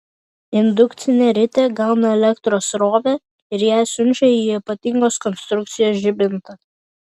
indukcinė ritė gauna elektros srovę ir ją siunčia į ypatingos konstrukcijos žibintą